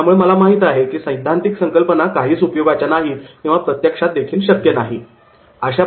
त्यामुळे मला माहित आहे की सैद्धांतिक संकल्पना काहीच उपयोगाच्या नाहीत किंवा प्रत्यक्षात देखील शक्य नाहीत'